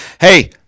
Hey